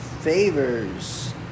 favors